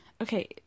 Okay